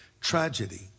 tragedy